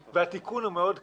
והתיקון הוא מאוד קל.